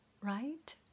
right